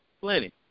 plenty